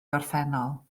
gorffennol